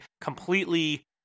completely